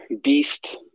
beast